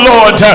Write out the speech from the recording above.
Lord